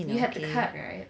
you have to cut right